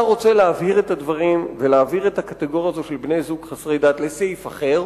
אם תרצה להעביר את הקטגוריה הזו של בני-זוג חסרי דת לסעיף אחר,